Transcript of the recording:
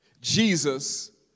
Jesus